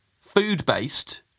food-based